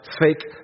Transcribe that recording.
fake